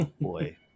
boy